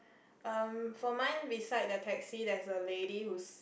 um for mine beside the taxi there's a lady who's